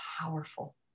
powerful